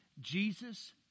Jesus